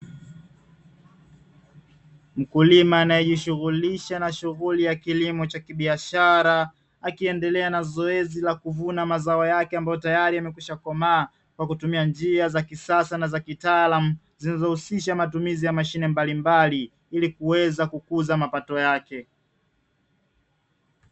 Mkulima anayejihusisha na shughuli ya kilimo cha kibiashara akiendelea na zoezi la kuvuna mazao yake, ambayo tayari yamekwisha komaa kwa kutumia njia za kisasa na kitaalamu zinazohusisha matumizi ya mashine mbalimbali ili kuweza kukuza mapato yake.